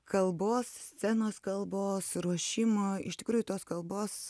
kalbos scenos kalbos ruošimo iš tikrųjų tos kalbos